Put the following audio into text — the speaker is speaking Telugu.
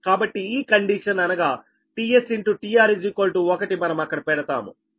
కాబట్టి ఈ కండిషన్ అనగా tS tR1మనం అక్కడ పెడతాము